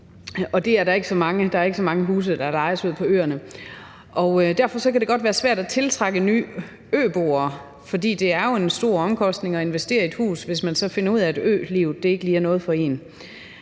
der er ikke så mange huse, der lejes ud på øerne. Derfor kan det godt være svært at tiltrække nye øboere, for det er jo en stor omkostning at investere i et hus, hvis man så finder ud af, at ølivet ikke lige er noget for en.